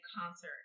concert